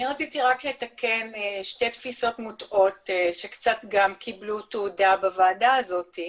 רציתי רק לתקן שתי תפיסות מוטעות שקיבלו קצת תהודה גם בוועדה הזאת.